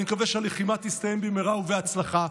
אני מקווה שהלחימה תסתיים במהרה ובהצלחה,